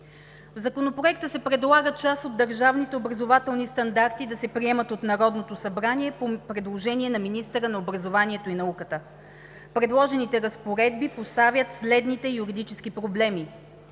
В Законопроекта се предлага част от държавните образователни стандарти да се приемат от Народното събрание по предложение на министъра на образованието и науката. Предложените разпореди поставят следните юридически проблеми.